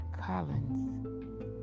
Collins